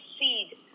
seed